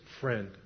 friend